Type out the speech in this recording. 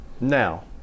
now